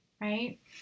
right